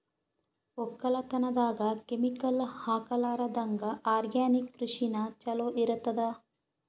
ಒಕ್ಕಲತನದಾಗ ಕೆಮಿಕಲ್ ಹಾಕಲಾರದಂಗ ಆರ್ಗ್ಯಾನಿಕ್ ಕೃಷಿನ ಚಲೋ ಇರತದ